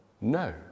no